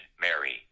Mary